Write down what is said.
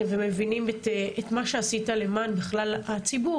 והם מבינים את מה שעשית למען בכלל הציבור